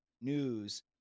news